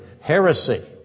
Heresy